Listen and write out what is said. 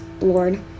Lord